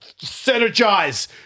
synergize